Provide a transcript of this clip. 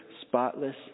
spotless